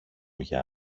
για